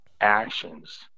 actions